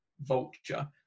vulture